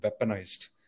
weaponized